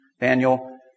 Daniel